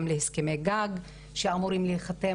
גם להסכמי גג שאמורים להיחתם,